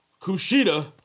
Kushida